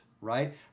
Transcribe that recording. right